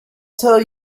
tell